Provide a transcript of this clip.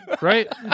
right